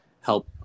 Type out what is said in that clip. help